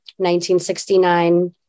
1969